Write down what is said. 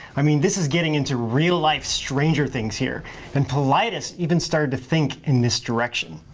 i mean this is getting into real life stranger things here and paulides even started to think in this direction.